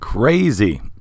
Crazy